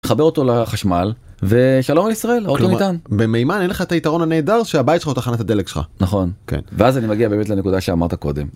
חבר אותו לחשמל ושלום על ישראל במימן אין לך את היתרון הנהדר שהבית שלך הוא תחנת הדלק שלך נכון ואז אני מגיע באמת לנקודה שאמרת קודם.